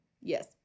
Yes